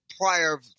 prior